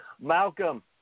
Malcolm